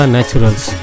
Naturals